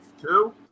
Two